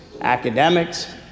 academics